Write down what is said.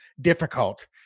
difficult